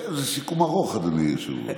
זה סיכום ארוך, אדוני היושב-ראש.